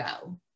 go